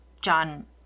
John